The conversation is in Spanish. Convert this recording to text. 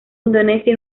indonesia